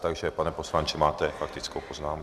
Takže pane poslanče, máte faktickou poznámku.